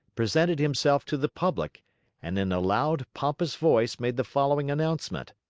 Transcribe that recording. presented himself to the public and in a loud, pompous voice made the following announcement